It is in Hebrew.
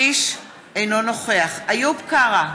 אינו נוכח איוב קרא,